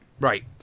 right